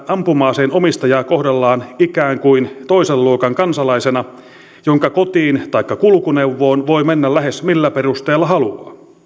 ampuma aseen omistajaa kohdellaan ikään kuin toisen luokan kansalaisena jonka kotiin taikka kulkuneuvoon voi mennä lähes millä perusteella haluaa